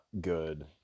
good